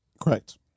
Correct